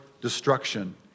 destruction